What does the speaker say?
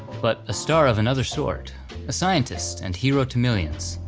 but a star of another sort a scientist and hero to millions,